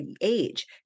age